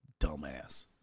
Dumbass